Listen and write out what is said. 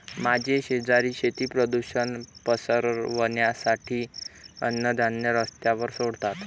माझे शेजारी शेती प्रदूषण पसरवण्यासाठी अन्नधान्य रस्त्यावर सोडतात